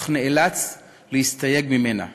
אך נאלץ להסתייג ממנה.